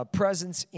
presence